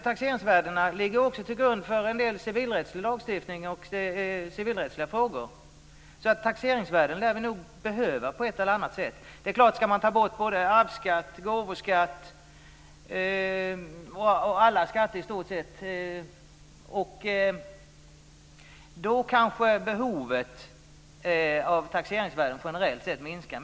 Taxeringsvärdena ligger också till grund för civilrättslig lagstiftning och har betydelse för civilrättsliga frågor. Taxeringsvärden lär vi nog behöva på ett eller annat sätt. Ska man ta bort arvsskatt, gåvoskatt och i stort sett alla skatter kanske behovet av taxeringsvärden generellt sett minskar.